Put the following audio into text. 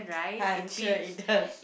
I'm sure it does